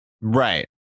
Right